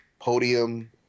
Podium